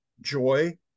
joy